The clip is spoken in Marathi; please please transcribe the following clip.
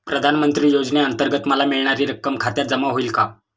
प्रधानमंत्री योजनेअंतर्गत मला मिळणारी रक्कम खात्यात जमा होईल का?